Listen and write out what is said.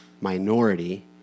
minority